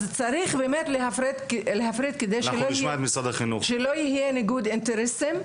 אז צריך באמת להפריד כדי שלא יהיה ניגוד אינטרסים,